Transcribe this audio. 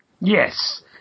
Yes